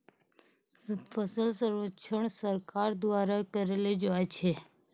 फसल सर्वेक्षण सरकार द्वारा करैलो जाय छै